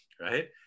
Right